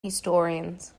historians